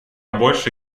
больше